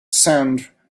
sand